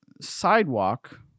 Sidewalk